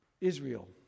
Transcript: Israel